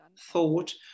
thought